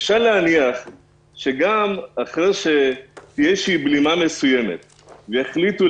אפשר להניח שגם אחרי שתהיה בלימה מסוימת ויחליטו